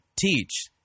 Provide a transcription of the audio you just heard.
teach